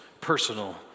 personal